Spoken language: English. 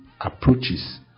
approaches